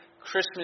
Christmas